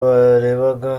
barebaga